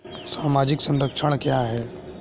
सामाजिक संरक्षण क्या है?